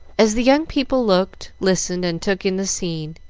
as the young people looked, listened, and took in the scene,